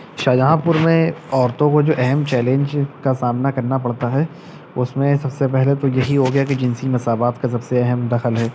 شاہ جہاں پور میں عورتوں کو جو اہم چیلنج کا سامنا کرنا پڑتا ہے اس میں سب سے پہلے تو یہی ہو گیا کہ جنسی مساوات کا سب سے اہم دخل ہے